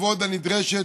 הכבוד הנדרשת.